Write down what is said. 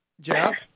jeff